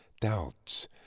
doubts